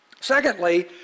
Secondly